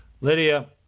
Lydia